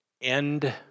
end